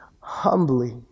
humbly